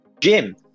gym